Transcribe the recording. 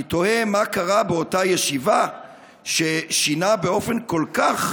אני תוהה מה קרה באותה ישיבה ששינה באופן כל כך,